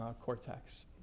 cortex